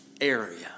area